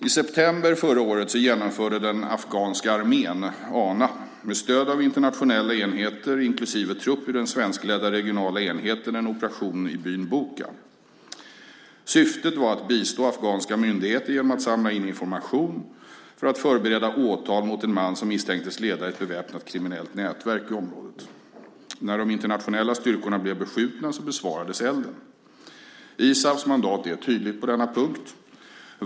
I september förra året genomförde den afghanska armén med stöd av internationella enheter inklusive trupp ur den svenskledda regionala enheten en operation i byn Boka. Syftet var att bistå afghanska myndigheter genom att samla in information för att förbereda åtal mot en man som misstänktes leda ett beväpnat kriminellt nätverk i området. När de internationella styrkorna blev beskjutna besvarades elden. ISAF:s mandat är tydligt på denna punkt.